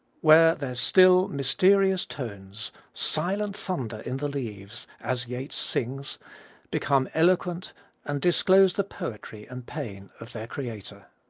where their still, mysterious tones silent thunder in the leaves as yeats sings become eloquent and disclose the poetry and pain of their creator.